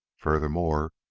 furthermore,